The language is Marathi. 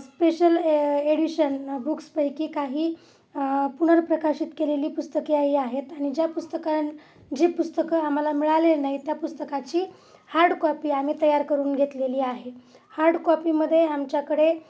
स्पेशल ए एडिशन बुक्सपैकी काही पुनर्प्रकाशित केलेली पुस्तके ही आहेत आणि ज्या पुस्तकां जे पुस्तकं आम्हाला मिळालेले नाही त्या पुस्तकाची हार्डकॉपी आम्ही तयार करून घेतलेली आहे हार्डकॉपीमध्ये आमच्याकडे